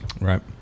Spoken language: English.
right